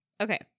okay